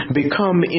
become